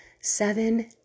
seven